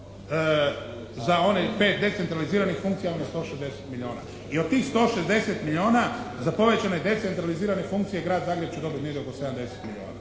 za onih 5 decentraliziranih funkcija vam je 160 milijuna. I od tih 160 milijuna za povećane decentralizirane funkcije Grad Zagreb će dobiti negdje oko 70 milijuna.